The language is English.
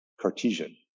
Cartesian